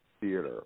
Theater